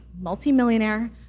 multimillionaire